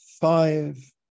five